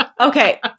okay